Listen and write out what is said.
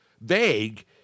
vague